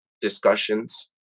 discussions